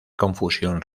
confusión